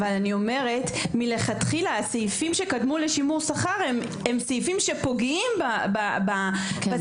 אבל לכתחילה הסעיפים שקדמו לשימור שכר הם סעיפים שפוגעים בסייעות.